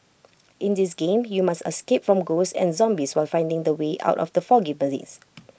in this game you must escape from ghosts and zombies while finding the way out of the foggy blaze